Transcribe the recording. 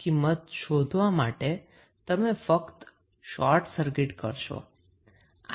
𝑅𝑡ℎ ની શોધવા માટે તમે ફક્ત શોર્ટ સર્કિટ કરશો